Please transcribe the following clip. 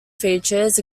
features